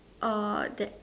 uh that